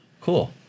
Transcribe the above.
Cool